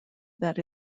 that